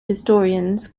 historians